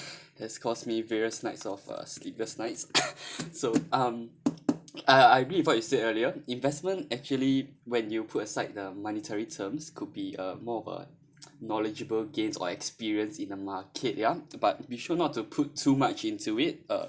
has caused me various nights of uh sleepless nights so um I I agree with what you said earlier investment actually when you put aside the monetary terms could be uh more of a knowledgeable gains or experience in the market ya but be sure not to put too much into it uh